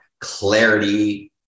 clarity